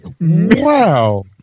Wow